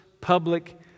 public